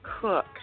cook